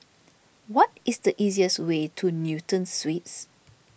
what is the easiest way to Newton Suites